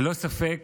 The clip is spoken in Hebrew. ללא ספק